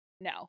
no